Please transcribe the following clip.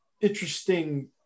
interesting